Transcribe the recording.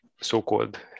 so-called